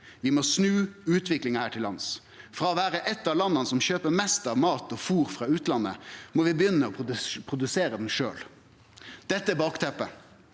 Vi må snu utviklinga her til lands. Frå å vere eit av landa som kjøper mest mat og fôr frå utlandet, må vi begynne å produsere det sjølv. Dette er bakteppet.